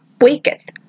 waketh